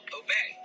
obey